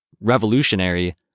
revolutionary